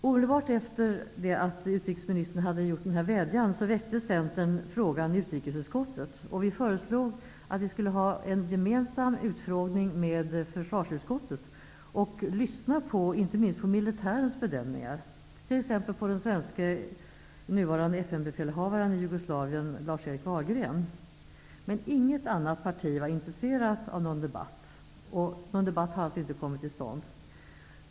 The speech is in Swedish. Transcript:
Centern väckte omedelbart efter utrikesministerns vädjan frågan i utrikesutskottet och föreslog en gemensam utfrågning med försvarsutskottet, där vi skulle lyssna inte minst på militärens bedömningar, t.ex. den svenske nuvarande FN-befälhavaren i Inget annat parti var intresserat, och någon debatt har inte kommit till stånd.